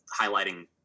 highlighting